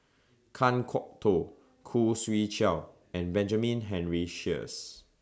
Kan Kwok Toh Khoo Swee Chiow and Benjamin Henry Sheares